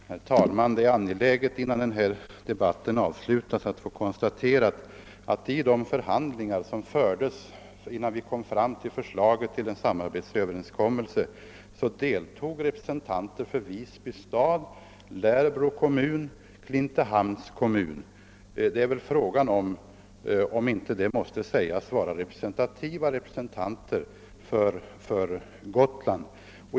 Herr talman! Innan denna debatt avslutas är det angeläget att få konstatera att i de förhandlingar som fördes innan vi kom fram till förslaget om en samarbetsöverenskommelse deltog bl.a. representanter för Visby stad, Lärbro kommun och Klintehamns kommun. Frågan är om inte dessa måste anses vara representativa företrädare för Gotland.